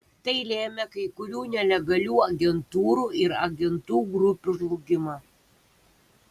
tai lėmė kai kurių nelegalių agentūrų ir agentų grupių žlugimą